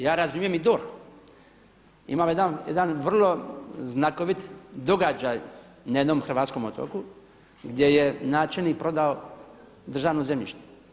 Ja razumijem i DORH, imamo jedan vrlo znakovit događaj na jednom hrvatskom otoku gdje je načelnik prodao državno zemljište.